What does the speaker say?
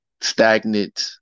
stagnant